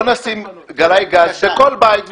בוא נשֹים גלאי גז בכל בית,